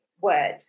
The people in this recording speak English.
word